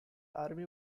army